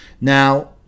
now